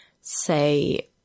say